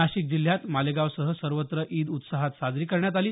नाशिक जिल्ह्यात मलेगावसह सर्वत्र ईद उत्साहात साजरी करण्यात आली